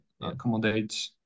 accommodate